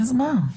אז מה?